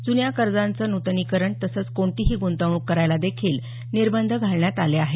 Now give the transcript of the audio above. जुन्या कर्जांचं नूतनीकरण तसंच कोणतीही गुंतवणूक करायला देखील निर्बंध घालण्यात आले आहेत